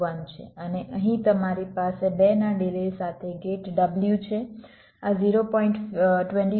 1 છે અને અહીં તમારી પાસે 2 ના ડિલે સાથે ગેટ w છે આ 0